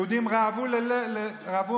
יהודים רעבו ממש,